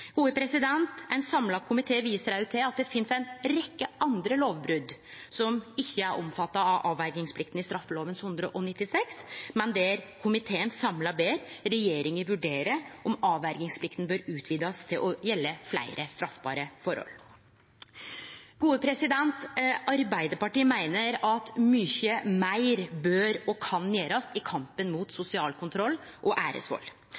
Ein samla komité viser òg til at det finst ei rekkje andre lovbrot som ikkje er omfatta av avverjingsplikta i straffeloven § 196, og komiteen ber samla regjeringa vurdere om avverjingsplikta bør utvidast til å gjelde fleire straffbare forhold. Arbeidarpartiet meiner at mykje meir bør og kan gjerast i kampen mot sosial kontroll og æresvald.